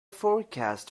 forecast